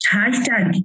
hashtag